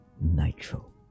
Nitro